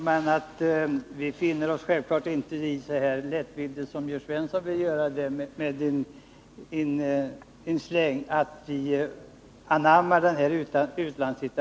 Herr talman! Vi finner oss självklart inte i utlandsetableringen så lättvindigt som Jörn Svensson gör gällande.